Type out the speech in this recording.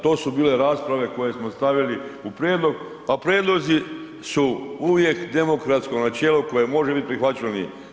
To su bile rasprave koje smo stavili u prijedlog, a prijedlozi su uvijek demokratsko načelo koje može biti prihvaćeno